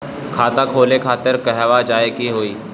खाता खोले खातिर कहवा जाए के होइ?